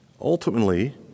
Ultimately